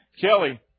Kelly